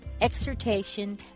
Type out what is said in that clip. exhortation